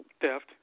theft